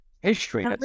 history